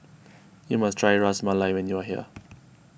you must try Ras Malai when you are here